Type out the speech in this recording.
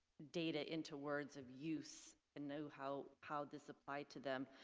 data into words of use and know how how this applied to them.